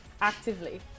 actively